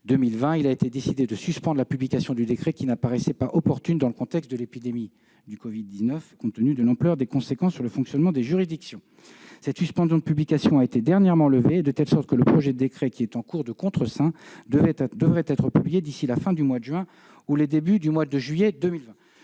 2020, il a été décidé de suspendre sa publication, qui n'apparaissait pas opportune dans le contexte de l'épidémie de Covid-19, compte tenu de l'ampleur des conséquences sur le fonctionnement des juridictions. Cette suspension de publication a été dernièrement levée, de telle sorte que le projet de décret qui est en cours de contreseing devrait être publié d'ici à la fin du mois de juin ou le début du mois de juillet.